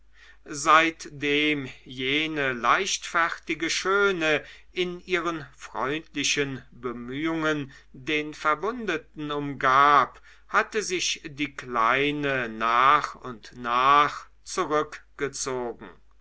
seitdem jene leichtfertige schöne in ihren freundlichen bemühungen den verwundeten umgab hatte sich die kleine nach und nach zurückgezogen